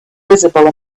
visible